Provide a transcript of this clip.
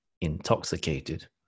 intoxicated